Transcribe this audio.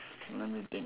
let me think